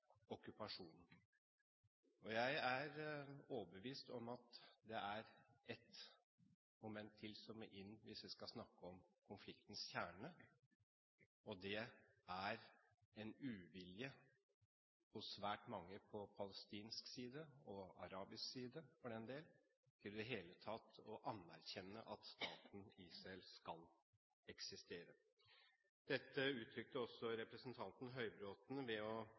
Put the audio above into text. Jeg er overbevist om at det er et moment til som må inn hvis vi skal snakke om konfliktens kjerne, og det er en uvilje hos svært mange på palestinsk side, og arabisk side for den del, til i det hele tatt å anerkjenne at staten Israel skal eksistere. Dette uttrykte også representanten Høybråten ved å